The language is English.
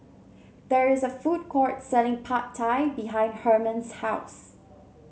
there is a food court selling Pad Thai behind Hermon's house